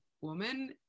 woman